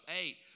eight